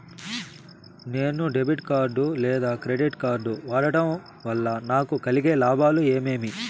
నేను debit card లేదా credit card వాడడం వల్ల నాకు కలిగే లాభాలు ఏమేమీ?